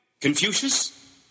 Confucius